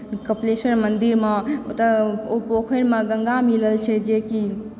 कपिलेश्वर मन्दिरमे ओतऽ ओ पोखरिमे गङ्गा मिलल छै जेकि